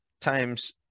times